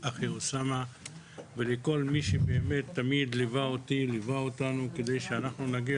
לאחי אוסמה ולכל מי שמלווה אותנו כדי שנגיע